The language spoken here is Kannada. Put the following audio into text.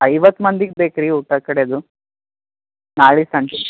ಐವತ್ತು ಮಂದಿಗೆ ಬೇಕು ರಿ ಊಟ ಕಡೆದು ನಾಳೆ ಸಂಜೆ